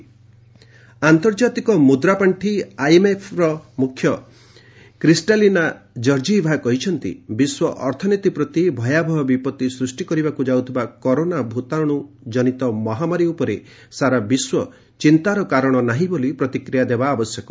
corona IMF ଆନ୍ତର୍ଜାତିକ ମୁଦ୍ରାପାର୍ଷି ଆଇଏମ୍ଏଫ୍ର ମୂଖ୍ୟ କ୍ରିଷ୍ଟାଲିନା କର୍ଜିଇଭା କହିଛନ୍ତି ବିଶ୍ୱ ଅର୍ଥନୀତି ପ୍ରତି ଭୟାବହ ବିପତ୍ତି ସୃଷ୍ଟି କରିବାକୁ ଯାଉଥିବା କରୋନା ଭୂତାଣୁ ଜନିତ ମହାମାରି ଉପରେ ସାରା ବିଶ୍ୱ ଚିନ୍ତାର କାରଣ ନାହିଁ ବୋଲି ପ୍ରତିକ୍ରିୟା ଦେବା ଆବଶ୍ୟକ